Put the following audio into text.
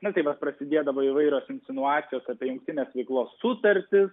nu tai vat prasidėdavo įvairios insinuacijos kada jungtinės veiklos sutartis